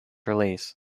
release